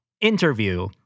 interview